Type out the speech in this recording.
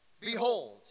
behold